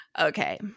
Okay